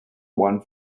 one